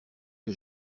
que